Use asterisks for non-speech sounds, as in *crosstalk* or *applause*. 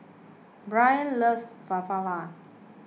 *unintelligible* loves *unintelligible*